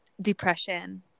depression